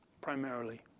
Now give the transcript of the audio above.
primarily